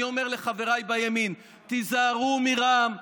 אני אומר לחבריי בימין: תיזהרו מרע"מ,